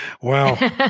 Wow